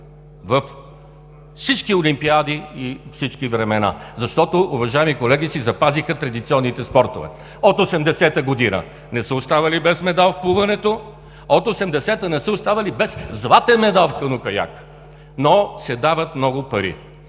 във всички олимпиади и всички времена, защото, уважаеми колеги, си запазиха традиционните спортове. От 1980 г. не са останали без медал в плуването. От 1980 г. не са останали без златен медал кану-каяк, но се дават много пари.